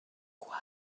igual